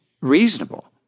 reasonable